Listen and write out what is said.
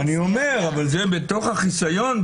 בתוך החיסיון,